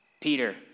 Peter